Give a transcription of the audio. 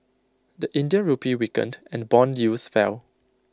the Indian Rupee weakened and Bond yields fell